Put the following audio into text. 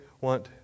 want